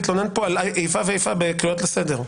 את האחרונה שיכולה להתלונן פה על איפה ואיפה בקריאות לסדר.